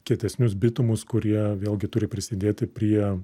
kietesnius bitumus kurie vėlgi turi prisidėti prie